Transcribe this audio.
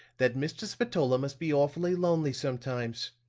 that mr. spatola must be awfully lonely sometimes.